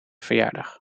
verjaardag